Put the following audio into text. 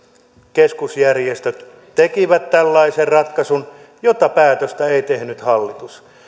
keskusjärjestöt tekivät tällaisen ratkaisun jota päätöstä ei tehnyt hallitus